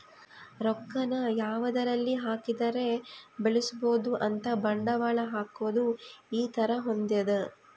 ರೊಕ್ಕ ನ ಯಾವದರಲ್ಲಿ ಹಾಕಿದರೆ ಬೆಳ್ಸ್ಬೊದು ಅಂತ ಬಂಡವಾಳ ಹಾಕೋದು ಈ ತರ ಹೊಂದ್ಯದ